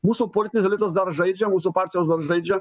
mūsų politinis elitas dar žaidžia mūsų partijos dar žaidžia